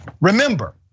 Remember